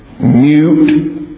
mute